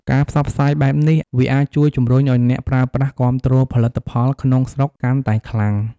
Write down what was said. ការផ្សព្វផ្សាយបែបនេះ វាអាចជំរុញឱ្យអ្នកប្រើប្រាស់គាំទ្រផលិតផលក្នុងស្រុកកាន់តែខ្លាំង។